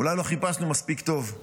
אולי לא חיפשנו מספיק טוב.